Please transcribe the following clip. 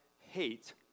hate